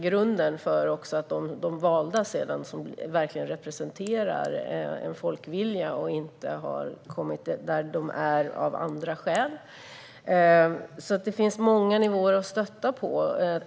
Grunden är att de valda som verkligen representerar har hamnat där genom en folkvilja och inte av andra skäl. Det finns alltså många sätt att stötta på.